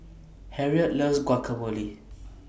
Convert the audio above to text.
Harriet loves Guacamole